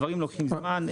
הדברים לוקחים זמן.